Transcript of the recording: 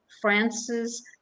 France's